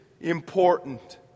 important